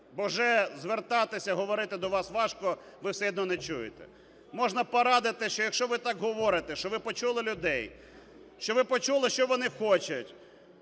бо вже звертатися, говорити до вас важко, ви все одно не чуєте. Можна порадити, що якщо ви так говорите, що ви почули людей, що ви почули, що вони хочуть,